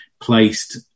placed